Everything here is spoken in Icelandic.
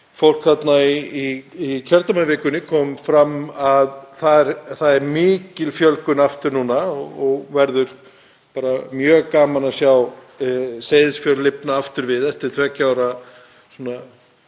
fólk þarna í kjördæmavikunni kom fram að það er mikil fjölgun aftur núna og verður bara mjög gaman að sjá Seyðisfjörð lifna aftur við eftir tveggja ára